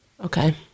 Okay